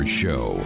show